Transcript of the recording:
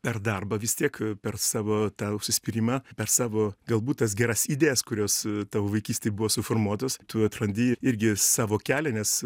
per darbą vis tiek per savo tą užsispyrimą per savo galbūt tas geras idėjas kurios tau vaikystėj buvo suformuotos tu atrandi irgi savo kelią nes